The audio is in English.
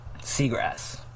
seagrass